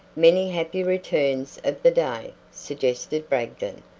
many happy returns of the day, suggested bragdon.